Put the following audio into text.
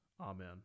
Amen